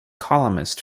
columnist